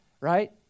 right